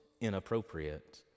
inappropriate